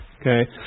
Okay